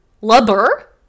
Lubber